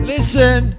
Listen